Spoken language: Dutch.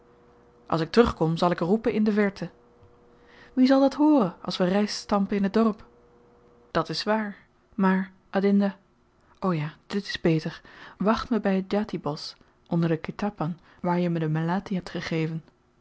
als ik terugkom zal ik roepen in de verte wie zal dat hooren als we ryst stampen in t dorp dat is waar maar adinda o ja dit is beter wacht me by het djati bosch onder den ketapan waar je my de melatti hebt gegeven